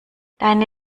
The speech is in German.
deine